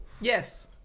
Yes